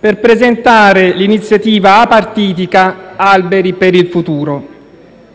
per presentare l'iniziativa apartitica «Alberi per il futuro»,